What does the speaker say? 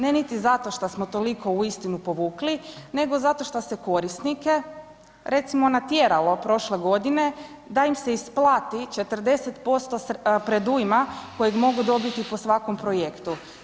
Ne niti zato šta smo toliko uistinu povukli, nego zato što se korisnike recimo natjeralo prošle godine da im se isplati 40% predujma kojeg mogu dobiti po svakom projektu.